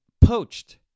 poached